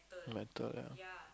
method ya